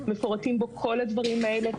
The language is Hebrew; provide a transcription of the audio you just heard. מפורטים בו כל הדברים האלה,